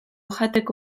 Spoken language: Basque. jateko